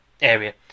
area